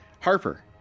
Harper